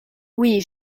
oui